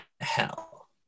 hell